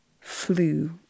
flew